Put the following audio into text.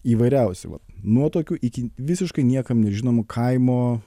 įvairiausi vat nuo tokių iki visiškai niekam nežinomų kaimo